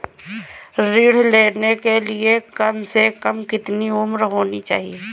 ऋण लेने के लिए कम से कम कितनी उम्र होनी चाहिए?